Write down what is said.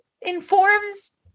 informs